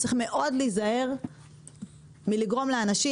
צריך להיזהר מאוד מלגרום לאנשים